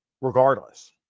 regardless